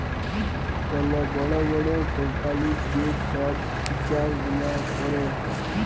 call বড় বড় কম্পালির যে ছব হিছাব গুলা ক্যরে